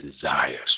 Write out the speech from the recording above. desires